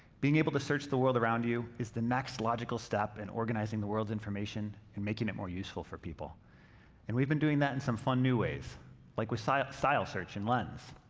being able to search the world around you is the next logical step in organizing the world's information and making it more useful for people and we've been doing that in some fun new ways like with style style search in lens.